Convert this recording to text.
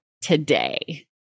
today